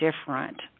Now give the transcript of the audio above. different